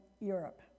Europe